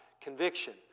Conviction